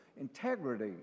integrity